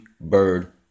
bird